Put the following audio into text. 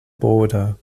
border